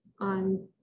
on